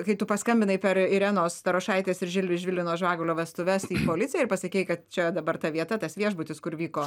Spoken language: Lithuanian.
kai tu paskambinai per irenos starošaitės ir žilvino žvagulio vestuves į policiją ir pasakei kad čia dabar ta vieta tas viešbutis kur vyko